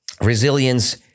Resilience